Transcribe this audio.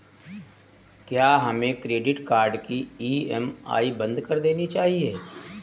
क्या हमें credit card की ई.एम.आई बंद कर देनी चाहिए?